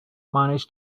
manage